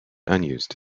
unused